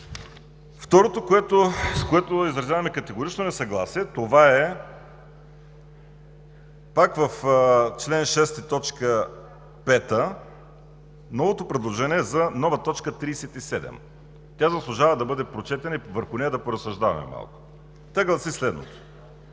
Второто, с което изразяваме категорично несъгласие, това е пак в чл. 6, т. 5 – новото предложение за нова точка 37. Тя заслужава да бъде прочетена и върху нея да поразсъждаваме малко. Тя гласи следното: